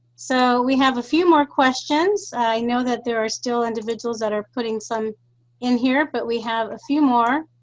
so we have a few more questions. i know that there are still individuals that are putting some in here. but we have a few more.